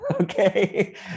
okay